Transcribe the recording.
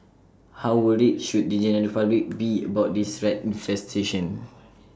how worried should the general public be about this rat infestation